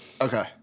Okay